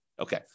okay